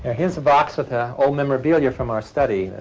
ah here's a box with ah old memorabilia from our study,